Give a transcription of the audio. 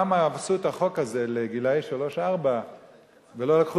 למה עשו את החוק הזה לגילאי שלוש-ארבע ולא לקחו